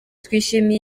twishimiye